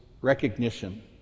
recognition